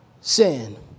sin